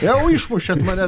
jau išmušėt mane